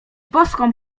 boską